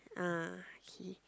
ah okay